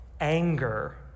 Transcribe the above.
anger